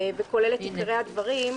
והוא כולל את עיקרי הדברים.